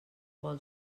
vol